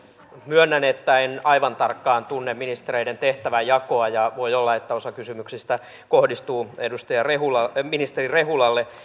myönnän että en aivan tarkkaan tunne ministereiden tehtävänjakoa ja voi olla että osa kysymyksistä kohdistuu ministeri rehulalle